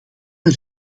een